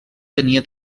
tenia